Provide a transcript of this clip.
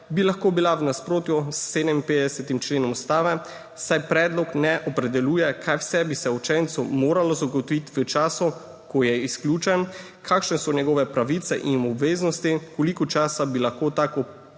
bi lahko bila v nasprotju s 57. členom Ustave, saj predlog ne opredeljuje, kaj vse bi se učencu moralo zagotoviti v času, ko je izključen, kakšne so njegove pravice in obveznosti, koliko časa bi lahko tak